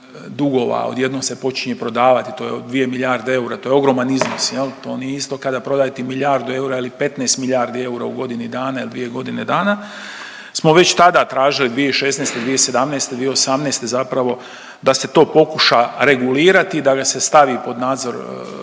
odjednom se počinje prodavati, to je 2 milijarde eura, to je ogroman iznos jel, to nije isto kada prodajete milijardu eura ili 15 milijardi eura u godini dana il dvije godine dana, smo već tada tražili 2016., 2017., 2018. zapravo da se to pokuša regulirati i da ga se stavi pod nadzor,